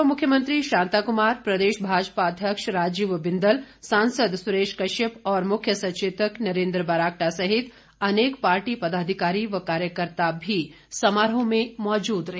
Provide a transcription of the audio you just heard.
पूर्व मुख्यमंत्री शांताकुमार प्रदेश भाजपा अध्यक्ष राजीव बिंदल सांसद सुरेश कश्यप और मुख्य सचेतक नरेंद्र बरागटा सहित अनेक पार्टी पदाधिकारी व कार्यकर्ता समारोह में मौजूद रहे